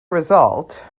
result